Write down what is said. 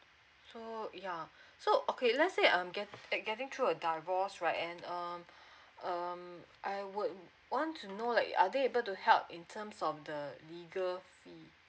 so ya so okay let's say um get getting through a divorce right and um um I would want to know like are they able to help in terms of the legal fees